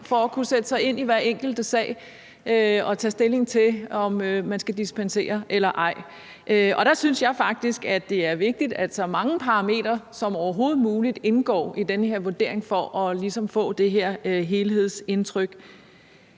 netop at kunne sætte sig ind i hver enkelt sag og tage stilling til, om man skal dispensere eller ej. Og der synes jeg faktisk, det er vigtigt, at så mange parametre som overhovedet muligt indgår i den her vurdering, for at man ligesom kan få det her helhedsindtryk.